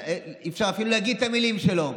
אי-אפשר אפילו להגיד את המילים שלו.